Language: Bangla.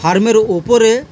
ফার্মের ওপরে